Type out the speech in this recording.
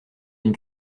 une